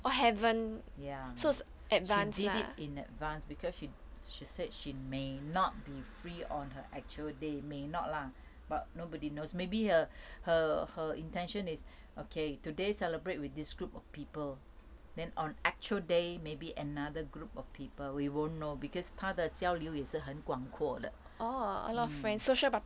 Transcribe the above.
ya she did it in advance because she di~ she said she may not be free on her actual day may not lah but nobody knows maybe her her her intention is okay today celebrate with this group of people then on actual day maybe another group of people we won't know because 她的交流也是很广阔的 mm